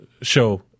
show